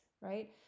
right